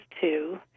two